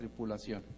tripulación